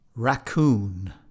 RACCOON